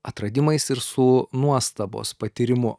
atradimais ir su nuostabos patyrimu